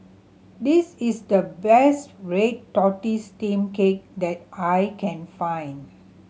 this is the best red tortoise steamed cake that I can find